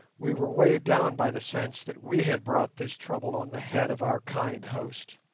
we were weighed down by the sense that we had brought this trouble on the head of our kind host.